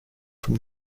from